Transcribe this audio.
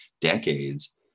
decades